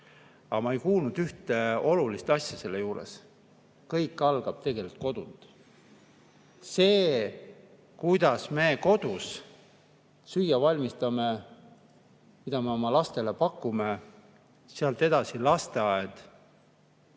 Aga ma ei kuulnud üht olulist asja selle juures: kõik algab tegelikult kodunt. See, kuidas me kodus süüa valmistame, mida me oma lastele pakume, sealt edasi lasteaed